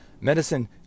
Medicine